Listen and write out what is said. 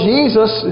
Jesus